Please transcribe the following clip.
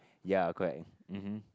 ya correct mmhmm